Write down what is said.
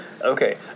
Okay